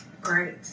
great